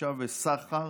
רכישה וסחר.